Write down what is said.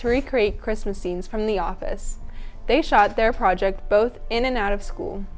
to recreate christmas scenes from the office they shot their project both in and out of school